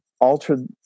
alter